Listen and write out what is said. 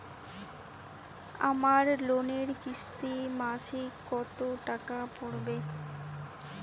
আমার লোনের কিস্তি মাসিক কত টাকা পড়বে?